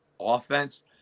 offense